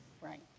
Right